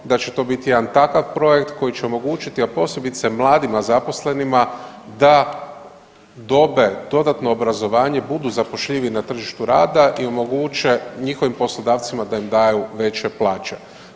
Da će to biti jedan takav projekt koji će omogućiti, a posebice mladima zaposlenima da dobe dodatno obrazovanje, budu zapošljiviji na tržištu rada i omoguće njihovim poslodavcima da im daju veće plaće.